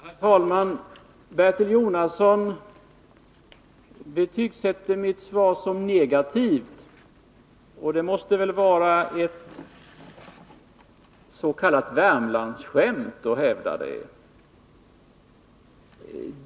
Herr talman! Bertil Jonasson betygsätter mitt svar som negativt. Det måste vara ett s.k. Värmlandsskämt.